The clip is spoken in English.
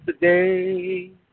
today